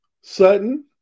Sutton